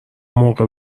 موقع